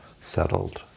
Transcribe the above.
settled